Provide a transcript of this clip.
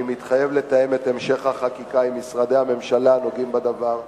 אני מתחייב לתאם את המשך החקיקה עם משרדי הממשלה הנוגעים בדבר,